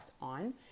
on